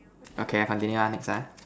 okay I continue ah next ah